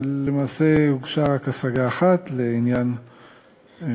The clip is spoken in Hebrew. למעשה, הוגשה רק השגה אחת בעניין אחד.